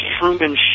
Truman